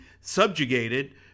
subjugated